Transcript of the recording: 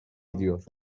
ediyor